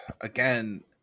again